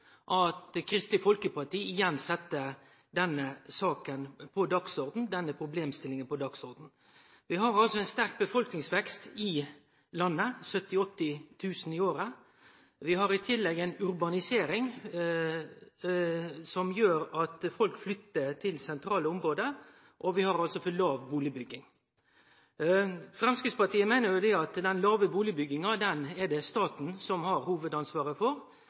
av det som skal seiast i denne saka. Eg vil likevel seie at eg synest det er positivt at Kristeleg Folkeparti igjen set denne saka, denne problemstillinga, på dagsordenen. Vi har altså ein sterk befolkningsvekst i landet – 70 000–80 000 i året. Vi har i tillegg ei urbanisering som gjer at folk flytter til sentrale område. Og vi har altså for låg bustadbygging. Framstegspartiet meiner jo at det er staten som har